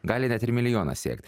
gali net ir milijoną siekti